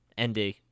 ND